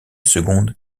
seconde